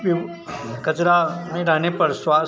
यह म कचरा नई डालने पर स्वास्थ्य